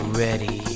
ready